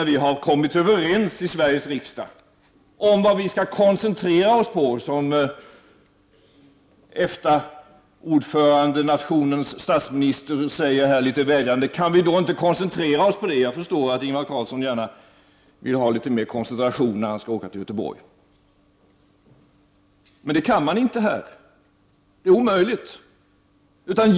Vi har kommit överens i Sveriges riksdag om vad vi skall koncentrera oss på, säger EFTA-ordförandenationens statsminister och tillägger vädjande: Kan vi då inte koncentrera oss på det! Jag förstår att Ingvar Carlsson gärna vill ha litet mer koncentration när han skall åka till Göteborg. Men det kan man inte här. Det är omöjligt.